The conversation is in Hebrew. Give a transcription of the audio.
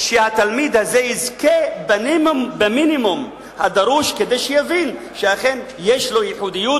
שהתלמיד הזה יזכה במינימום הדרוש כדי שיבין שאכן יש לו ייחודיות,